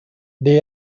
they